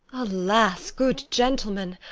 alas, good gentleman!